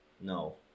no